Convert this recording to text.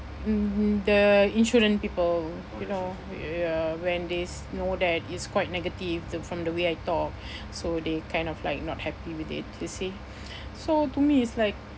mmhmm the insurance people you know ya when they s~ know that it's quite negative the from the way I talk so they kind of like not happy with it you see so to me it's like